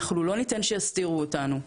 אנחנו לא ניתן שיסתירו אותנו,